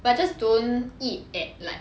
but just don't eat at like